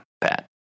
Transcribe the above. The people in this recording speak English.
Pat